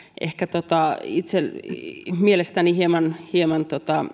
ehkä mielestäni hieman hieman